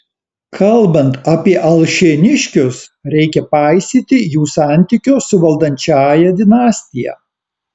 kalbant apie alšėniškius reikia paisyti jų santykio su valdančiąja dinastija